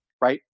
right